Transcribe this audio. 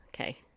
Okay